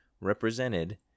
represented